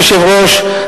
אדוני היושב-ראש,